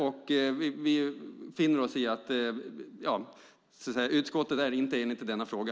Vi finner oss i att utskottet inte är enigt i denna fråga.